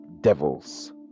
devils